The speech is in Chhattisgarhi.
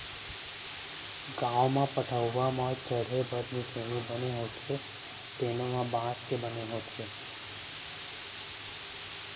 गाँव म पटअउहा म चड़हे बर निसेनी बने होथे तेनो ह बांस के बने होथे